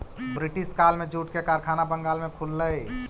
British काल में jute के कारखाना बंगाल में खुललई